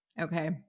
Okay